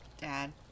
Dad